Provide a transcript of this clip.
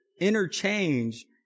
interchange